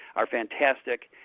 are fantastic,